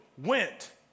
went